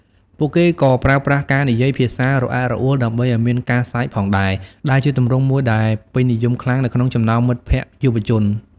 ពួកគេក៏ប្រើប្រាស់ការនិយាយភាសាររអាក់រអួលដើម្បីឱ្យមានការសើចផងដែរ ដែលជាទម្រង់មួយដែលពេញនិយមខ្លាំងនៅក្នុងចំណោមមិត្តភក្តិយុវវ័យ។